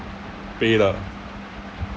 pay lah